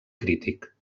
crític